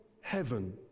heaven